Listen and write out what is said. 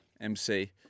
MC